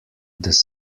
this